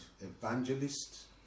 evangelists